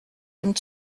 dem